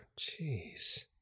Jeez